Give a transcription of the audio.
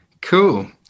Cool